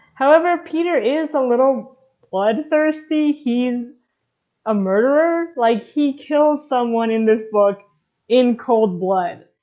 however peter is a little blood thirsty, he's a murderer? like he kills someone in this book in cold blood,